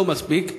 לא מספיק,